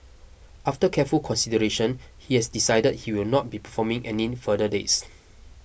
after careful consideration he has decided he will not be performing any further dates